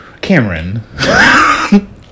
Cameron